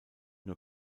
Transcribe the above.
nur